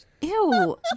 Ew